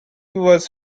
was